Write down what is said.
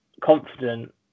confident